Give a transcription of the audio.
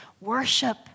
Worship